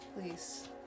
Please